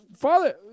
Father